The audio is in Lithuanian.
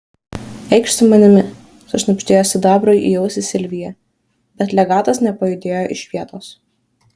eikš su manimi sušnabždėjo sidabrui į ausį silvija bet legatas nepajudėjo iš vietos